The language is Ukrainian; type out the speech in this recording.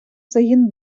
загін